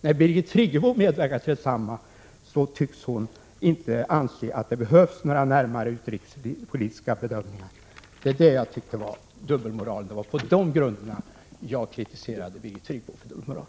När Birgit Friggebo medverkade till detsamma, tycktes hon inte anse att det behövdes några närmare utrikespolitiska bedömningar. Det var det jag tyckte var dubbelmoral. Det var på de grunderna jag kritiserade Birgit Friggebo för dubbelmoral.